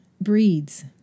breeds